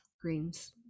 greens